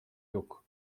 yok